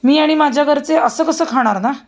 मी आणि माझ्या घरचे असं कसं खाणार ना